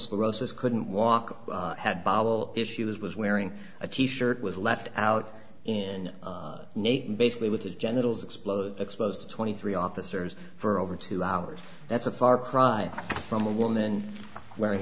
sclerosis couldn't walk had bowel issues was wearing a t shirt was left out in nature basically with his genitals explode exposed to twenty three officers for over two hours that's a far cry from a woman wearing